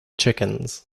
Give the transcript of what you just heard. chickens